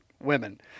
women